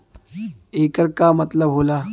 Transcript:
येकर का मतलब होला?